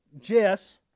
Jess